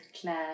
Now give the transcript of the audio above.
Claire